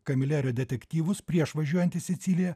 kamilerio detektyvus prieš važiuojant į siciliją